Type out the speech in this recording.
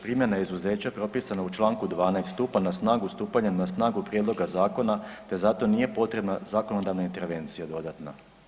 Primjena izuzeća propisana u čl. 12. stupa na snagu stupanjem na snagu prijedloga zakona te zato nije potrebna zakonodavna intervencija dodatna.